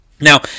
Now